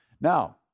Now